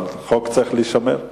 אבל חוק צריך להישמר.